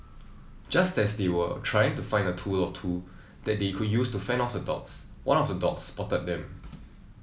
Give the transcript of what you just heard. just as they were trying to find a tool or two that they could use to fend off the dogs one of the dogs spotted them